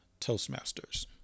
toastmasters